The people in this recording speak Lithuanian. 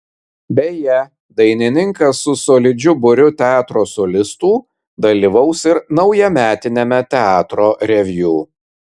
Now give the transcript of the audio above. beje dainininkas su solidžiu būriu teatro solistų dalyvaus ir naujametiniame teatro reviu